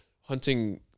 hunting